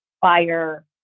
fire